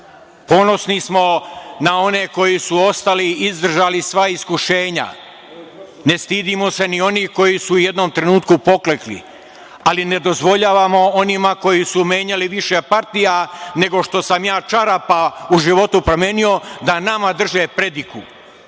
Ponosni smo na one koji su ostali, izdržali sva iskušenja, ne stidimo se ni onih koji su u jednom trenutku poklekli, ali ne dozvoljavamo onima koji su menjali više partija nego što sam ja čarapa u životu promenio, da nama drže prediku. Vi